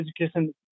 education